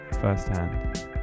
firsthand